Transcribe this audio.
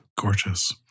Gorgeous